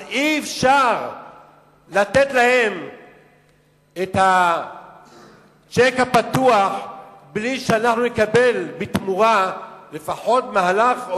אז אי-אפשר לתת להם את הצ'ק הפתוח בלי שנקבל בתמורה לפחות מהלך,